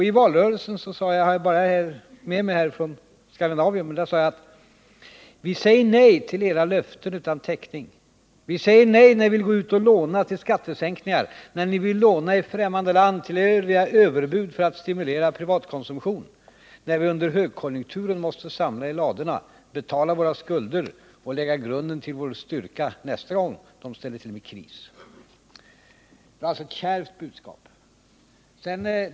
I valrörelsen sade jag att vi säger nej till era löften utan täckning, vi säger nej när ni vill gå ut och låna till skattesänkningar och när ni på grund av era överbud vill låna i främmande land för att stimulera privatkonsumtionen, då vi under högkonjunkturen måste samla i ladorna, betala våra skulder och lägga grunden till vår styrka nästa gång man ställer till med kris. Det var alltså ett kärvt budskap.